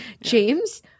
James